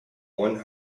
one